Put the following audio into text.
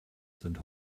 sind